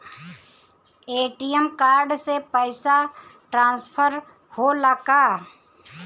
ATM card से पैसा transfer होला का?